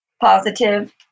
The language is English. positive